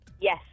Yes